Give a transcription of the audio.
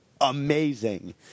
Amazing